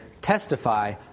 testify